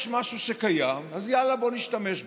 יש משהו שקיים, אז יאללה, בואו נשתמש בו.